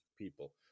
people